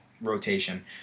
rotation